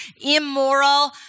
immoral